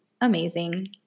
amazing